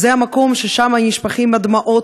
המקום ששם נשפכות הדמעות,